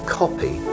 copy